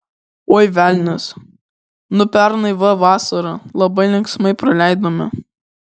oi velnias nu pernai va vasarą labai linksmai praleidome